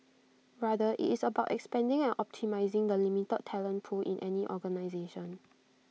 rather IT is about expanding and optimising the limited talent pool in any organisation